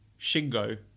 Shingo